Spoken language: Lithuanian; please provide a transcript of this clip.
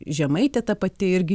žemaitė ta pati irgi